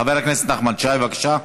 חבר הכנסת נחמן שי, בבקשה.